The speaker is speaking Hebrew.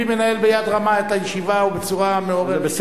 מנהל את הישיבה ביד רמה ובצורה מעוררת כבוד.